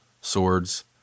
swords